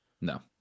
No